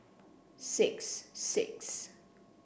six six